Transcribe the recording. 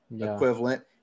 equivalent